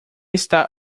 está